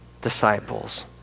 disciples